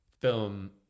film